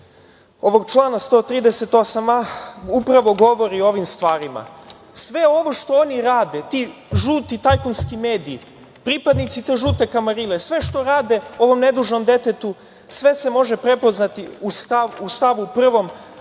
ovog člana 138a upravo govori o ovim stvarima. Sve ovo što oni rade, ti žuti tajkunski mediji, pripadnici te žute kamarile, sve što rade ovom nedužnom detetu, sve se može prepoznati u stavu 1.